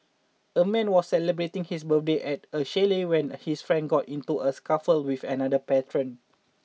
a man was celebrating his birthday at a chalet when his friends got into a scuffle with another patron